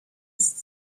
ist